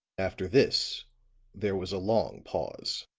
after this there was a long pause.